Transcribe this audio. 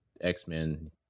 X-Men